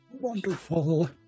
Wonderful